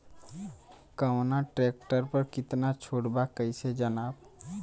कवना ट्रेक्टर पर कितना छूट बा कैसे जानब?